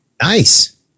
Nice